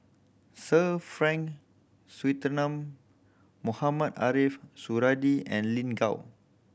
Sir Frank Swettenham Mohamed Ariff Suradi and Lin Gao